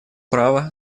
права